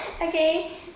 Okay